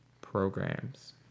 programs